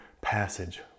passage